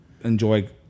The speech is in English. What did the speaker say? enjoy